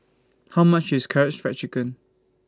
How much IS Karaage Fried Chicken